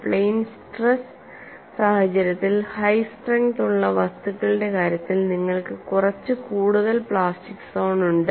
plane stress സഹചര്യത്തിൽ high strength ഉള്ള വസ്തുക്കളുടെ കാര്യത്തിൽ നിങ്ങൾക്ക് കുറച്ച് കൂടുതൽ പ്ലാസ്റ്റിക് സോൺ ഉണ്ട്